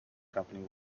company